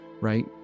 right